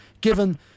given